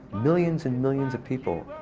millions and millions of people,